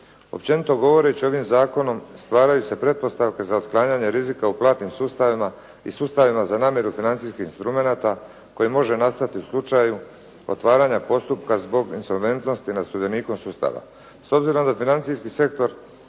Općenito govoreći, ovim zakonom stvaraju se pretpostavke za otklanjanje rizika u platnim sustavima i sustavima za namjeru financijskih instrumenata koji može nastati u slučaju otvaranja postupka zbog insolventnosti nad sudionikom sustava.